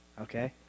Okay